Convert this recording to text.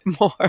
more